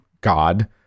God